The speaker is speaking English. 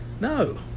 No